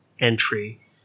entry